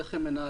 איך הם מנהלים,